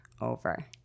Over